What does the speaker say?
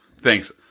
Thanks